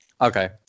Okay